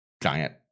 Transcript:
giant